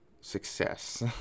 success